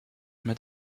met